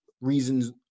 reasons